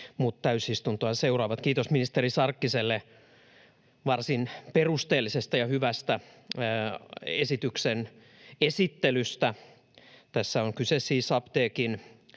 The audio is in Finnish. muut täysistuntoa seuraavat! Kiitos ministeri Sarkkiselle varsin perusteellisesta ja hyvästä esityksen esittelystä. Tässä on kyse siis apteekin